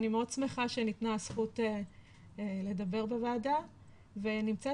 אני מאוד שמחה שניתנה הזכות לדבר בוועדה ונמצאת